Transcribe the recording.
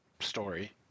story